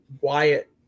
Wyatt